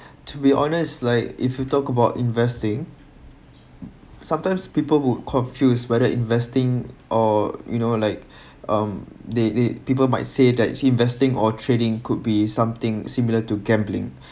to be honest like if you talk about investing sometimes people who confused whether investing or you know like um they they people might say that investing or trading could be something similar to gambling